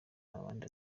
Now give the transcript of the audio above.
abandi